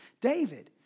David